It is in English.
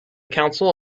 council